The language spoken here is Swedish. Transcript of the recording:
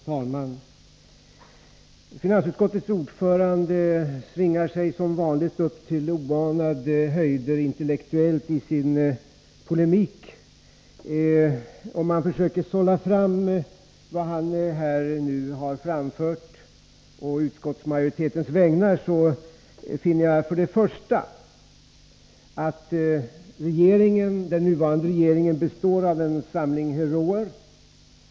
Herr talman! Finansutskottets ordförande svingar sig som vanligt upp till oanade intellektuella höjder i sin polemik. Om jag försöker sålla fram vad han här har anfört å utskottsmajoritetens vägnar finner jag för det första att den nuvarande regeringen består av en samling heroer.